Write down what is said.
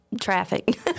traffic